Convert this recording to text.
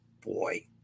boy